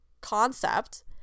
concept